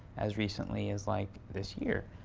as recently as, like, this year.